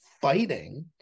Fighting